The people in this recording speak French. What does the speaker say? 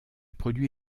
produit